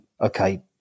okay